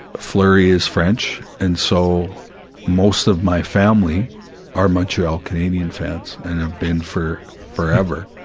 fleury is french, and so most of my family are montreal, canadian fans and have been for forever,